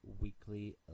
weekly